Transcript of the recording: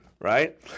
Right